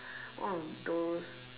one of those